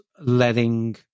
letting